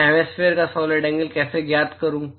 मैं हेमिस्फेयर का solid angle कैसे ज्ञात करूं